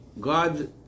God